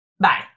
Bye